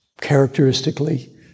characteristically